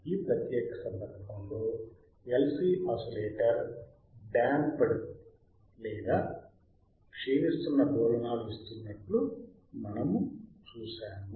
ఈ ప్రత్యేక సందర్భంలో LC ఆసిలేటర్ డాంప్డ్ లేదా క్షీణిస్తున్న డోలనాలు ఇస్తున్నట్లు మనము చూశాము